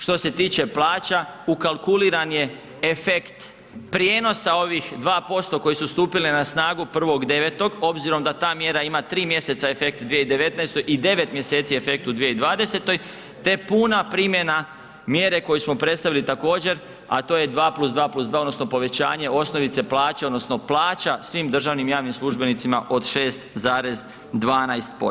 Što se tiče plaća, ukalkuliran je efekt prijenosa ovih 2% koji su stupili na snagu 1.9. obzirom da ta mjera ima 3 mj. efekt u 2019. i 9. mj. efekt u 2020. te puna primjena mjere koju smo predstavili također a to je 2+2+2 odnosno povećanje osnovice plaće odnosno plaća svim državnim i javnim službenicima od 6,12%